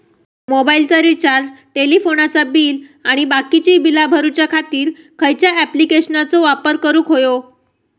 मोबाईलाचा रिचार्ज टेलिफोनाचा बिल आणि बाकीची बिला भरूच्या खातीर खयच्या ॲप्लिकेशनाचो वापर करूक होयो?